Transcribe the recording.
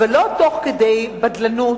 אבל לא תוך כדי בדלנות,